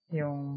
yung